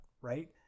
right